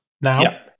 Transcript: now